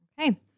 Okay